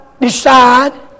Decide